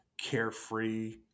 carefree